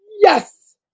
Yes